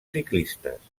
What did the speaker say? ciclistes